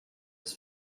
das